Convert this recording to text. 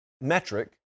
metric